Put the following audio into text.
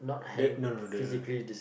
that no no the